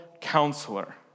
counselor